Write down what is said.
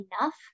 enough